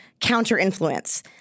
counter-influence